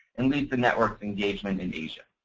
and leads the network's engagement in asia.